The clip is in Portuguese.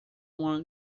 uma